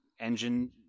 engine